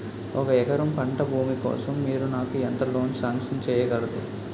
ఒక ఎకరం పంట భూమి కోసం మీరు నాకు ఎంత లోన్ సాంక్షన్ చేయగలరు?